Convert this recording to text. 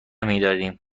میداریم